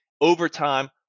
Overtime